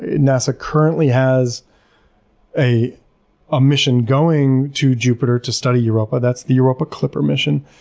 nasa currently has a ah mission going to jupiter to study europa. that's the europa clipper mission.